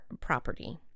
property